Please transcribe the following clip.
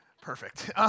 perfect